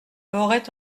l’aurait